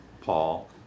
Paul